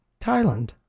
Thailand